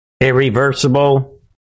Irreversible